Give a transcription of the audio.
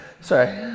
Sorry